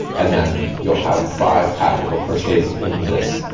and then you'll have five half double crochets in this,